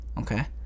Okay